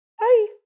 Hi